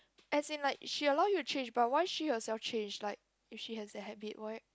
as in like she allow you to change but why she herself change like if she has the habit why